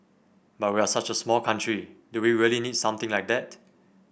but we're such a small country do we really need something like that